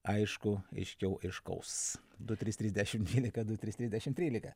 aišku aiškiau aiškaus du trys trys dešim dvylika du trys trys dešim trylika